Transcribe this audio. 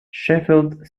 sheffield